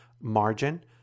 margin